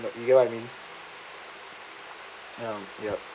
but you get what I mean um yup